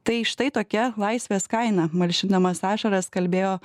tai štai tokia laisvės kaina malšinamas ašaras kalbėjo